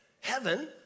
heaven